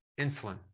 insulin